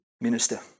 minister